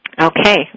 Okay